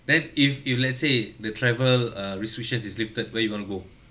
then if if let's say the travel uh restrictions is lifted where you want to go